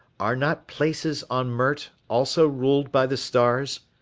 are not places on mert also ruled by the stars?